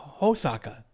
Hosaka